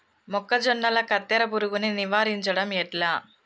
మొక్కజొన్నల కత్తెర పురుగుని నివారించడం ఎట్లా?